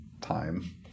time